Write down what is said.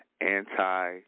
Anti-